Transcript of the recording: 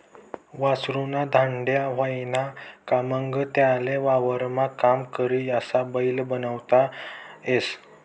वासरु ना धांड्या व्हयना का मंग त्याले वावरमा काम करी अशा बैल बनाडता येस